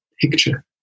picture